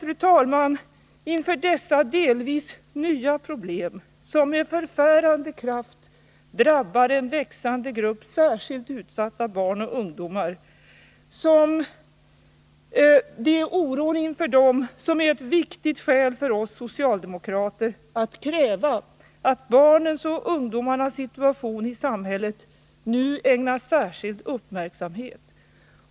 Oron inför dessa delvis nya problem, som med förfärande kraft drabbar en växande grupp särskilt utsatta barn och ungdomar, är ytterligare ett viktigt skäl för oss att kräva att barnens och ungdomarnas situation i samhället nu ägnas särskild uppmärksamhet.